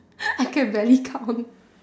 I can barely count